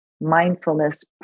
mindfulness